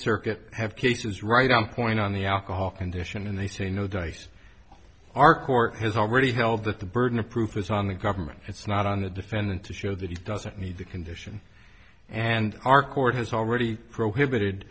circuit have cases right on point on the alcohol condition and they say no dice our court has already held that the burden of proof is on the government it's not on the defendant to show that he doesn't need the condition and our court has already prohibited